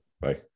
Bye